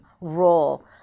role